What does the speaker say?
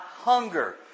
hunger